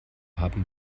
haben